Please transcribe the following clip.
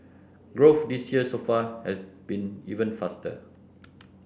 growth this year so far has been even faster